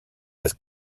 was